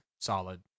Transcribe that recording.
solid